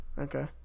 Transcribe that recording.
okay